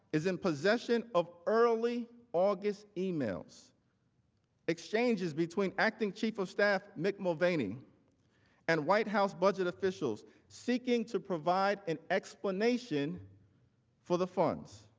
is in possession of early august emails exchanges between acting chief of staff mick mulvaney and white house budget officials seeking to provide an explanation for the funding.